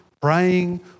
praying